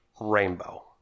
rainbow